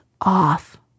off